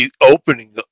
opening